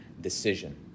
decision